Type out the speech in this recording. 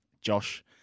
Josh